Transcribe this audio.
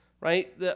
right